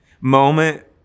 moment